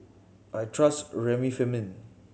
I trust Remifemin